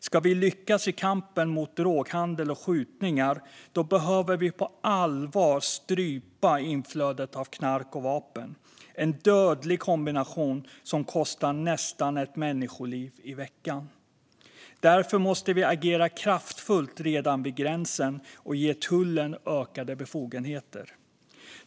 Ska vi lyckas i kampen mot droghandel och skjutningar behöver vi på allvar strypa inflödet av knark och vapen, en dödlig kombination som kostar nästan ett människoliv i veckan. Därför måste vi agera kraftfullt redan vid gränsen och ge tullen ökade befogenheter.